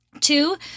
Two